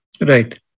Right